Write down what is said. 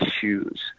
shoes